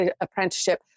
apprenticeship